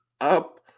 up